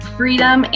freedom